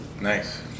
Nice